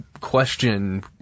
question